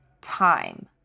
time